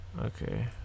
Okay